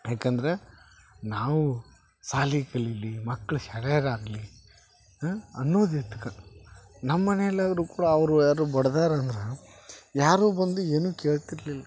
ಯಾಕೆಂದ್ರೆ ನಾವು ಶಾಲಿ ಕಲೀಲಿ ಮಕ್ಳು ಶಾಣೆರಾಗಲಿ ಹಾಂ ಅನ್ನೋದಿದ್ಕೆ ನಮ್ಮನೆಲಾದರು ಕೂಡ ಅವರು ಯಾರು ಬಡಿದಾರಂದ್ರ ಯಾರು ಬಂದು ಏನು ಕೇಳ್ತಿರಲಿಲ್ಲ